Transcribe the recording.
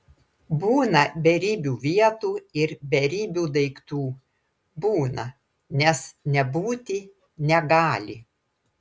būna beribių vietų ir beribių daiktų būna nes nebūti negali